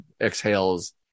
exhales